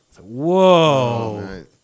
Whoa